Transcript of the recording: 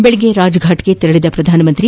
ಬೆಳಗ್ಗೆ ರಾಜ್ಫಾಟ್ಗೆ ತೆರಳಿದ ಪ್ರಧಾನಮಂತ್ರಿ